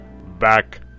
back